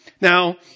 Now